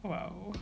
!wow!